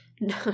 No